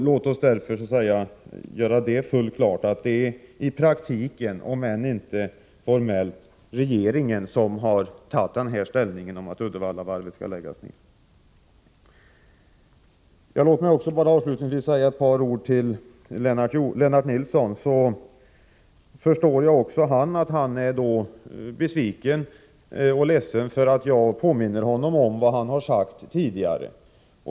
Låt oss därför göra fullt klart att det i praktiken, om än inte formellt, är regeringen som har tagit ställning till att Uddevallavarvet skall läggas ner. Herr talman! Låt mig så säga några ord till Lennart Nilsson. Jag förstår att också han är ledsen för att jag påminner honom om vad han har sagt tidigare.